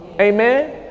Amen